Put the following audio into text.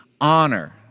honor